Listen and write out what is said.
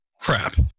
crap